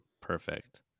perfect